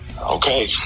okay